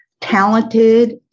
talented